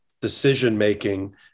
decision-making